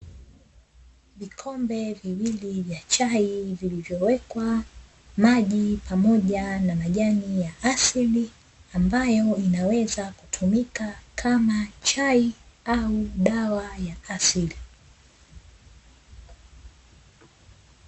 Vikombe viwili vya chai vilivyowekwa maji pamoja na majani ya asili, ambayo inaweza kutumika kama chai au dawa ya asili.